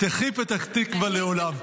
תחי פתח תקווה לעולם.